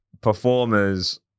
performers